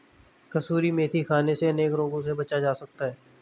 कसूरी मेथी खाने से अनेक रोगों से बचा जा सकता है